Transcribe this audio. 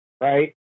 right